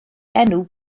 enw